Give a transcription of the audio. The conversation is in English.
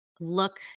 look